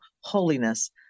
holiness